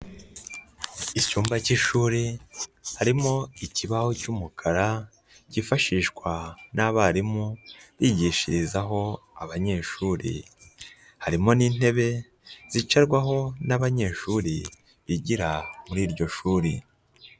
Icyumba cy'ishuri harimo ikibaho cy'umukara, cyifashishwa n'abarimu bigishirizaho abanyeshuri, harimo n'intebe zicarwaho n'abanyeshuri bigira muri iryo shuri.